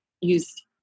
use